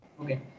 Okay